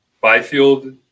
Byfield